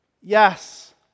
Yes